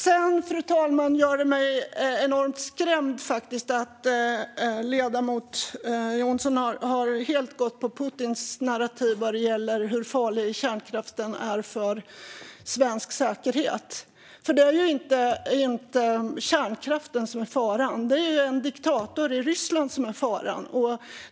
Sedan, fru talman, gör det mig enormt skrämd att ledamoten Jonsson helt har gått på Putins narrativ vad gäller hur farlig kärnkraften är för svensk säkerhet. Det är ju inte kärnkraften som är faran; det är en diktator i Ryssland som är faran.